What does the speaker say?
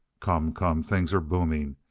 come, come! things are booming.